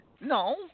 No